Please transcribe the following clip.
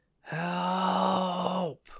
help